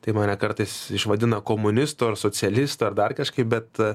tai mane kartais išvadina komunistu ar socialistu ar dar kažkaip bet